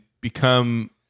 Become